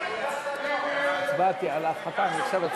לשנת התקציב 2016, בדבר הפחתת תקציב לא נתקבלו.